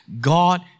God